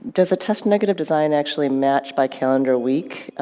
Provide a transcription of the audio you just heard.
does a test negative design actually match by calendar week,